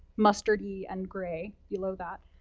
mustardy, and gray below that.